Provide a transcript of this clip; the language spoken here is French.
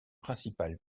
principal